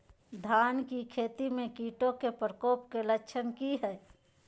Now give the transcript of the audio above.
धान की खेती में कीटों के प्रकोप के लक्षण कि हैय?